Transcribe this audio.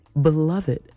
beloved